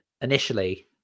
initially